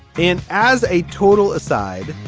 and as a total aside,